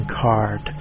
card